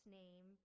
name